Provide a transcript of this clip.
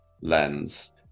lens